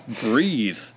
breathe